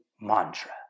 mantra